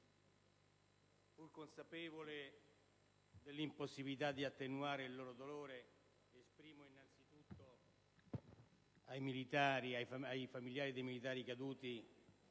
pur consapevole dell'impossibilità di attenuare il loro dolore, esprimo innanzitutto ai familiari dei militari caduti